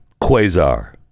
quasar